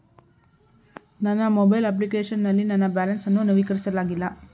ನನ್ನ mobile application ನಲ್ಲಿ ನನ್ನ ಬ್ಯಾಲೆನ್ಸ್ ಅನ್ನು ನವೀಕರಿಸಲಾಗಿಲ್ಲ